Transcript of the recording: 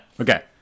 Okay